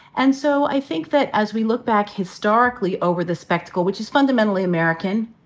and so i think that as we look back historically over the spectacle, which is fundamentally american,